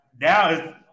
now